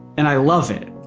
and i love it.